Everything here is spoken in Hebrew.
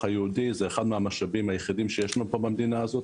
היהודי זה אחד מהמשאבים שיש לנו פה במדינה הזאת,